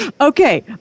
Okay